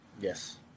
Yes